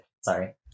sorry